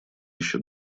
еще